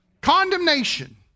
condemnation